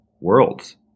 worlds